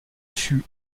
fût